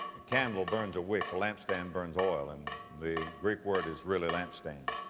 a candle burns a wick. a lampstand burns oil. and the greek word is really lampstand.